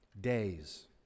days